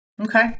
Okay